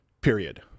period